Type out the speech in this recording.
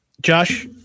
Josh